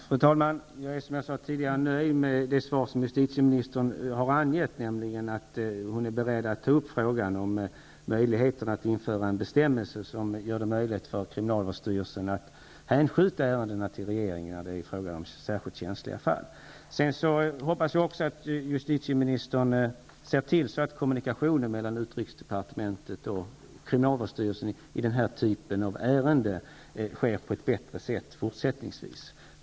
Fru talman! Jag är som jag tidigare sade nöjd med det svar som justitieministern har avgivit, nämligen att hon är beredd att ta upp frågan om att införa en bestämmelse som gör det möjligt för kriminalvårdsstyrelsen att hänskjuta ärenden till regeringen när det är fråga om särskilt känsliga fall. Jag hoppas också att justitieministern ser till att kommunikationen mellan utrikesdepartementet och kriminalvårdstyrelsen i den här typen av ärenden sker på ett bättre sätt fortsättningsvis.